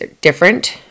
different